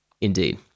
indeed